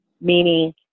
meaning